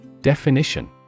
Definition